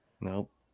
Nope